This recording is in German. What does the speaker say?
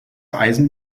eisen